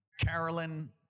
Carolyn